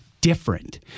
different